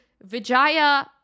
Vijaya